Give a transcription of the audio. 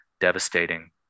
devastating